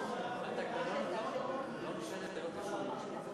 אנחנו עוברים להצבעה על הצעת חוק שירותי